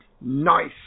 Nice